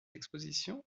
expositions